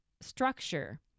structure